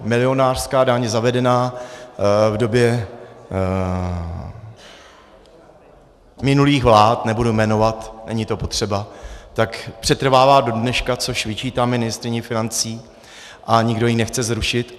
Milionářská daň zavedená v době minulých vlád, nebudu jmenovat, není to potřeba, tak přetrvává do dneška, což vyčítám ministryni financí, a nikdo ji nechce zrušit.